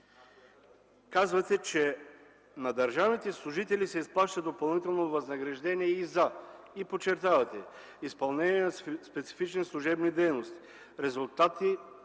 казвате, че на държавните служители се изплаща допълнително възнаграждение и за, подчертавате: изпълнение на специфични служебни дейности; резултати